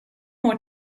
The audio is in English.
more